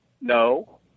No